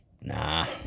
nah